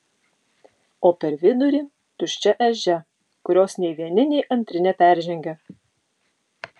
o per vidurį tuščia ežia kurios nei vieni nei antri neperžengia